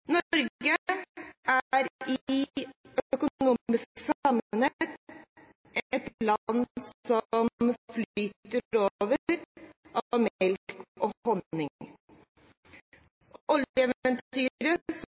Norge er i økonomisk sammenheng et land som flyter over av melk og honning.